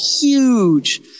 huge